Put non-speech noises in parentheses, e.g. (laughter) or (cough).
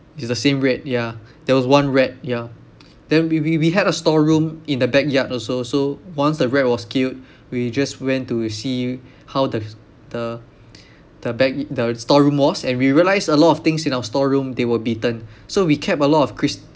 it's the same rat yeah there was one rat ya then we we we had a storeroom in the backyard also so once the rat was killed we just went to see how the the (noise) the bag the storeroom was and we realised a lot of things in our storeroom they were bitten so we kept a lot of chris~